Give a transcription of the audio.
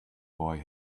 boy